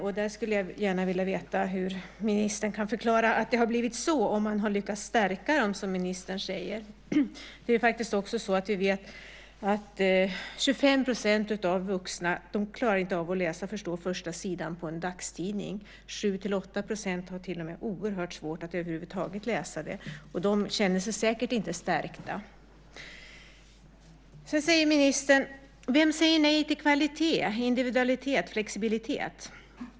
Jag skulle gärna vilja veta hur ministern kan förklara att det blivit så när hon säger att man lyckats stärka dem. Vi vet att 25 % av de vuxna inte klarar av att läsa och förstå första sidan i en dagstidning. 7-8 % har mycket svårt att över huvud taget läsa den. De känner sig säkert inte stärkta. Sedan säger ministern: Vem säger nej till kvalitet, individualitet, flexibilitet?